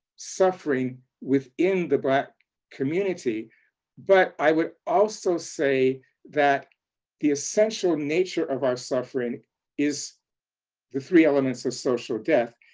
suffering within the black community but i would also say that the essential nature of our suffering is the three elements of social death.